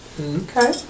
Okay